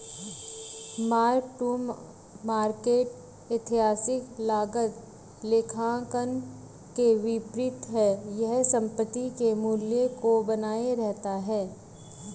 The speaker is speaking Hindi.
मार्क टू मार्केट ऐतिहासिक लागत लेखांकन के विपरीत है यह संपत्ति के मूल्य को बनाए रखता है